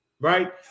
right